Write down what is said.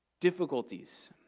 difficulties